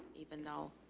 even though